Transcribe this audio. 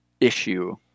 issue